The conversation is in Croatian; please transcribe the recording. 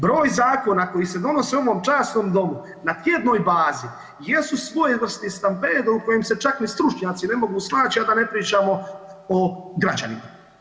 Broj zakona koji se donose u ovom časnom domu na tjednoj bazi jesu svojevrsni stampedo u kojem se čak ni stručnjaci ne mogu snaći, a da ne pričamo o građanima.